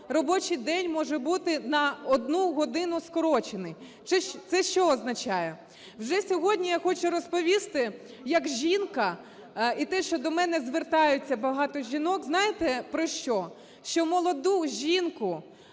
робочий день може бути на одну годину скорочений. Це що означає? Вже сьогодні я хочу розповісти як жінка, і те, що до мене звертаються багато жінок, знаєте, про що? Що молоду жінку